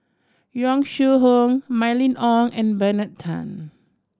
Yong Shu Hoong Mylene Ong and Bernard Tan